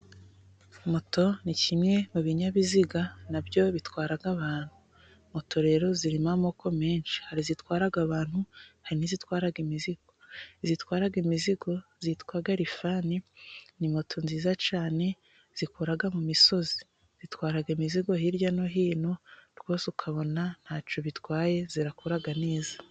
Moto ni kimwe mu binyabiziga na byo bitwara abantu, moto rero zirimo amoko menshi hari izitwara abantu hari n'izitwara imizigo, izitwara imizigo zitwa rifani, ni moto nziza cyane zikora mu misozi zitwara imizigo hirya no hino, rwose ukabona ntacyo bitwaye zirakora neza.